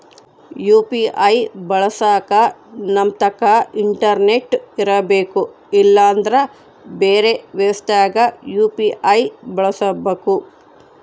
UPI ಬಳಸಕ ನಮ್ತಕ internet ಇರರ್ಬೆಕು ಇಲ್ಲಂದ್ರ ಬೆರೆ ವ್ಯವಸ್ಥೆಗ ಯು.ಪಿ.ಐ ಬಳಸಬಕು